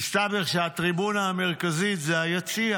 מסתבר שהטריבונה המרכזית זה היציע